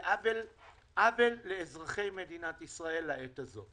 זה עוול לאזרחי מדינת ישראל בעת הזאת.